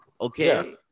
okay